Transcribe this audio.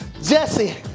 Jesse